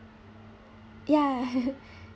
ya